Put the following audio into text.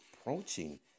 approaching